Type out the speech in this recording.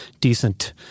decent